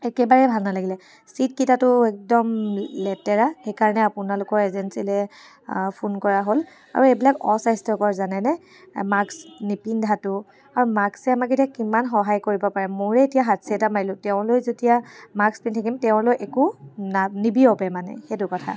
একেবাৰে ভাল নালাগিলে ছিটকেইটাটো একদম লেতেৰা সেইকাৰণে আপোনালোকৰ এজেঞ্চীলৈ ফোন কৰা হ'ল আৰু এইবিলাক অস্বাস্থ্যকৰ জানেনে মাস্ক নিপিন্ধাটো আৰু মাস্কে আমাক এতিয়া কিমান সহায় কৰিব পাৰে মোৰে এতিয়া হাঁচি এটা মাৰিলোঁ তেওঁলৈ যেতিয়া মাস্ক পিন্ধি থাকিম তেওঁলৈ একো না নিবিয়পে মানে সেইটো কথা